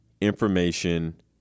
information